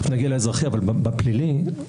הכוונה בפלילי,